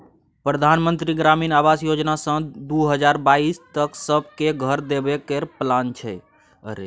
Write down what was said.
परधान मन्त्री ग्रामीण आबास योजना सँ दु हजार बाइस तक सब केँ घर देबे केर प्लान छै